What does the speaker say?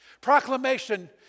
Proclamation